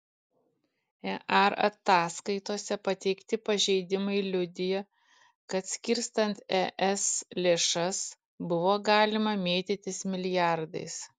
ear ataskaitose pateikti pažeidimai liudija kad skirstant es lėšas buvo galima mėtytis milijardais